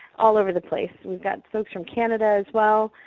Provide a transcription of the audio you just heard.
all over the place. we've got folks from canada as well.